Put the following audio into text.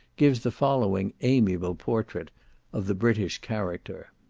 gives the following amiable portrait of the british character.